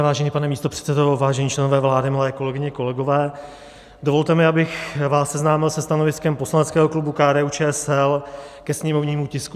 Vážený pane místopředsedo, vážení členové vlády, milé kolegyně, kolegové, dovolte mi, abych vás seznámil se stanoviskem poslaneckého klubu KDUČSL ke sněmovnímu tisku 787.